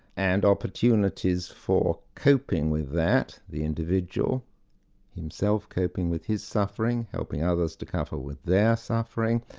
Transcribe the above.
and opportunities for coping with that the individual himself coping with his suffering, helping others to cope ah with their suffering,